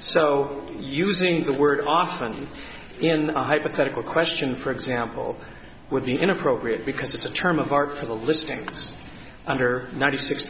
so using the word often in a hypothetical question for example would be inappropriate because it's a term of art for the listings under nine